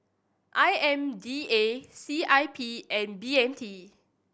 I M D A C I P and B M T